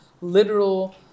literal